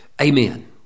Amen